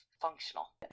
functional